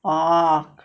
oh